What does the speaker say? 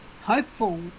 hopeful